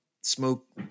smoke